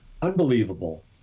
unbelievable